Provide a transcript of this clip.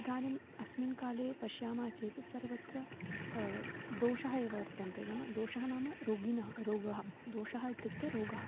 इदानीम् अस्मिन् काले पश्यामः चेत् सर्वत्र दोषाः एव वर्तन्ते नाम दोषः नाम रोगिणः रोगाः दोषः इत्युक्ते रोगः